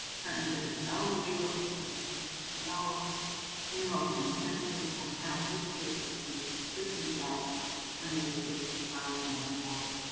currently there is no legal convention, no general consensus on how this group of people should be dealt with when they seek to cross another border.